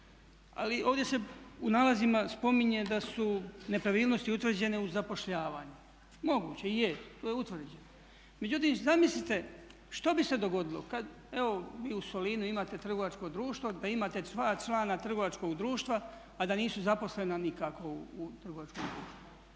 Ali ovdje se u nalazima spominje da su nepravilnosti utvrđene u zapošljavanju. Moguće je, to je utvrđeno. Međutim, zamislite što bi se dogodilo kad evo vi u Solinu imate trgovačko društvo da imate dva člana trgovačkog društva, a da nisu zaposlena nikako u trgovačkom društvu.